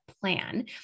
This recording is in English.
plan